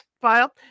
file